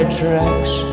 tracks